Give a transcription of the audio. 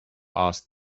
asked